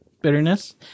bitterness